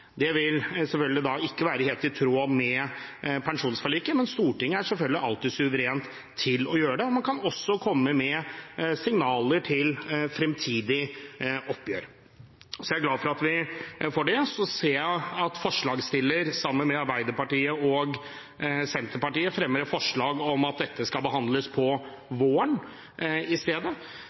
Det vil ikke være helt i tråd med pensjonsforliket, men Stortinget er selvfølgelig alltid suveren til å gjøre det, og man kan komme med signaler til framtidig oppgjør. Jeg er glad for at vi får det. Jeg ser at forslagsstilleren sammen med Arbeiderpartiet og Senterpartiet fremmer forslag om at dette i stedet skal behandles på våren, og jeg vil anta at de selv kommer til å argumentere for det utover i